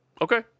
okay